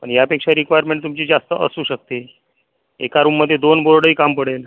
आणि यापेक्षा रिक्वायरमेन्ट तुमची जास्त असू शकते एका रुममधे दोन बोर्डही काम पडेल